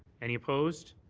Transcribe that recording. any opposed?